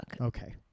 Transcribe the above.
Okay